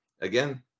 again